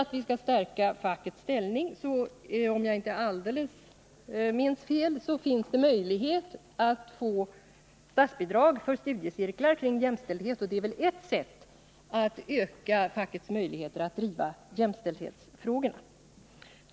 Om jag inte minns alldeles fel har facket möjligheter att få statsbidrag för studiecirklar kring jämställdhet, och det är väl ett sätt att öka fackets möjligheter att driva jämställdhetsfrågorna.